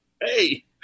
hey